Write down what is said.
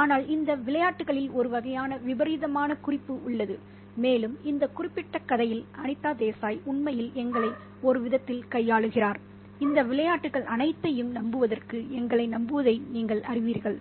ஆனால் இந்த விளையாட்டுகளில் ஒரு வகையான விபரீதமான குறிப்பு உள்ளது மேலும் இந்த குறிப்பிட்ட கதையில் அனிதா தேசாய் உண்மையில் எங்களை ஒரு விதத்தில் கையாளுகிறார் இந்த விளையாட்டுகள் அனைத்தையும் நம்புவதற்கு எங்களை நம்புவதை நீங்கள் அறிவீர்கள்